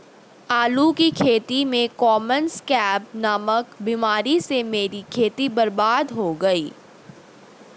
आलू की खेती में कॉमन स्कैब नामक बीमारी से मेरी खेती बर्बाद हो गई